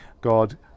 God